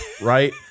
right